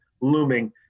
looming